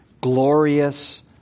glorious